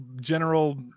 general